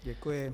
Děkuji.